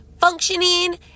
functioning